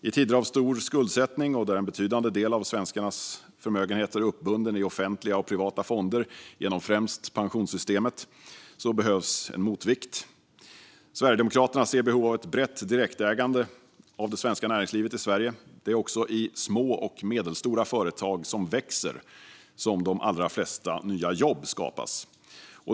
I tider av stor skuldsättning och när en betydande del av svenskarnas förmögenhet är uppbunden i offentliga och privata fonder genom främst pensionssystemet behövs en motvikt. Sverigedemokraterna ser behovet av ett brett direktägande av det svenska näringslivet i Sverige. Det är också i små och medelstora företag som växer som de allra flesta nya jobb skapas.